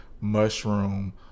mushroom